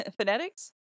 phonetics